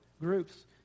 groups